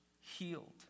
healed